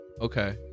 Okay